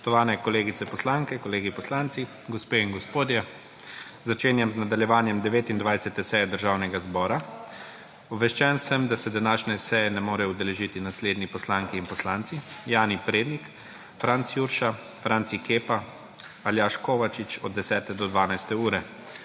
Spoštovani kolegice poslanke in kolegi poslanci, gospe in gospodje! Začenjam z nadaljevanjem 29. seje Državnega zbora. Obveščen sem, da se današnje seje ne morejo udeležiti naslednji poslanke in poslanci: Jani Prednik, Franc Jurša, Franci Kepa, Aljaž Kovačič od 10. do 12. ure.